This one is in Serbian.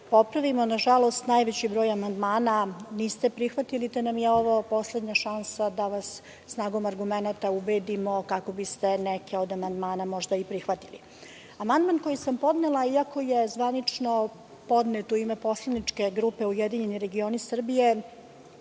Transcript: popravimo. Nažalost, najveći deo amandmana niste prihvatili te nam je ovo poslednja šansa da vas snagom argumenata ubedimo kako biste neke od amandmana možda i prihvatili. Amandman koji sam podnela iako je zvanično podnet u ime poslaničke grupe URS,